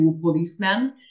policemen